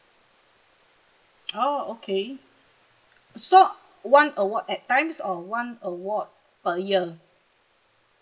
oh okay so one award at times or one award per year